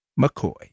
McCoy